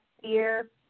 fear